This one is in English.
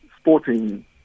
sporting